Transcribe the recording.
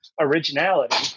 originality